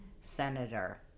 senator